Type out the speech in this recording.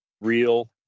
real